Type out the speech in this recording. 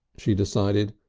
she decided.